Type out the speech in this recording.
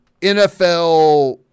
NFL